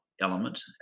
element